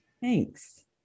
Thanks